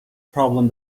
problem